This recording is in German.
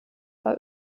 war